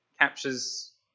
captures